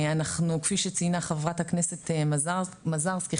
כפי שציינה ח"כ מזרסקי,